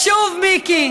יותר ממך.